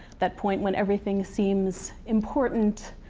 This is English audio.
that point when everything seems important,